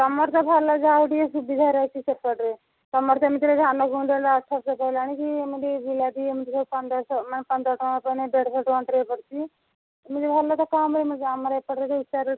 ତମର ତ ଭଲ ଯାହାହଉ ଟିକେ ସୁବିଧାରେ ଅଛି ସେପଟରେ ତମର ତ ଏମିତିରେ ବି ଧାନ କୁଇଣ୍ଟାଲ୍ ଅଠରଶହ ପାଇଲାଣିକି ଏମତି ବିଲାତି ଏମିତିରେ ପନ୍ଦରଶହ ନା ପନ୍ଦର ଟଙ୍କାକୁ ମୁଁ ଦେଢ଼ଶହ ଟଙ୍କା ଟ୍ରେ ପଡ଼ୁଛି ତମର ଭଲ ତ କମ୍ ରେ ମିଳୁଛି ଆମର ଏପଟରେ ଯୋଉ ଉଚ୍ଚା ରେଟ୍